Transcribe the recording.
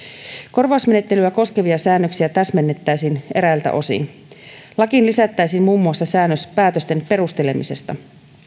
korvausmenettelyä koskevia säännöksiä täsmennettäisiin eräiltä osin lakiin lisättäisiin muun muassa säännös päätösten perustelemisesta